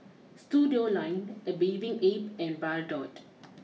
Studioline a Bathing Ape and Bardot